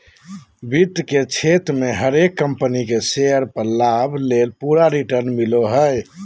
वित्त के क्षेत्र मे हरेक कम्पनी के शेयर पर लाभ ले पूरा रिटर्न मिलो हय